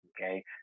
okay